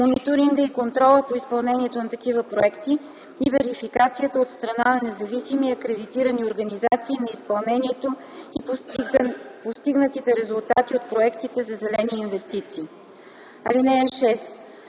мониторинга и контрола по изпълнението на такива проекти и верификацията от страна на независими акредитирани организации на изпълнението и постигнатите резултати от проектите за зелени инвестиции. (6)